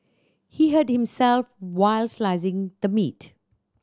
he hurt himself while slicing the meat